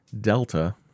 Delta